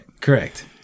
Correct